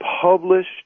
published